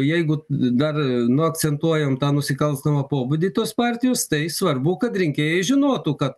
jeigu dar nu akcentuojam tą nusikalstamą pobūdį tos partijos tai svarbu kad rinkėjai žinotų kad